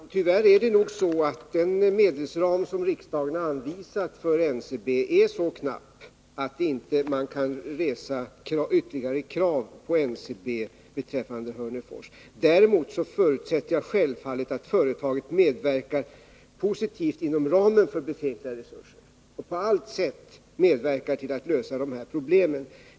Fru talman! Tyvärr är det nog så att den medelsram som riksdagen har anvisat för NCB är så knapp att man inte kan resa ytterligare krav på NCB beträffande Hörnefors. Däremot förutsätter jag självfallet att företaget, inom ramen för de befintliga resurserna, på alla sätt positivt medverkar till att lösa de aktuella problemen.